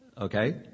okay